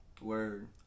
Word